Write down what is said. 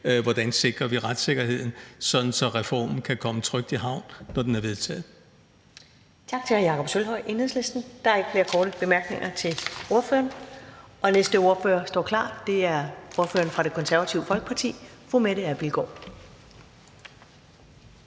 hvordan vi sikrer retssikkerheden, sådan at reformen kan komme trygt i havn, når den er vedtaget.